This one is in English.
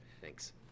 thanks